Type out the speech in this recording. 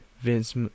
Vince